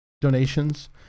donations